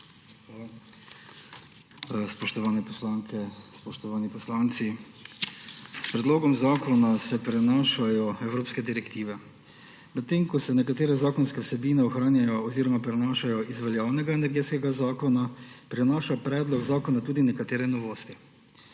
Spoštovane poslanke, spoštovani poslanci! S predlogom zakona se prenašajo evropske direktive. Medtem ko se nekatere zakonske vsebine ohranjajo oziroma prenašajo iz veljavnega Energetskega zakona, prinaša predlog zakona tudi nekatere novosti.